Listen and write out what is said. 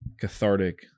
cathartic